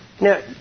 Now